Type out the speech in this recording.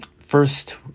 First